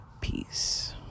peace